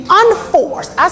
unforced